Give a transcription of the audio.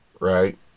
right